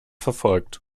verfolgt